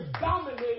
dominate